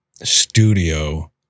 studio